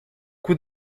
coût